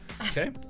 Okay